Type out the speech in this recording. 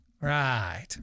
Right